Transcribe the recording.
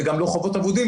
וגם לא חובות אבודים,